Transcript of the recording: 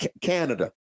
Canada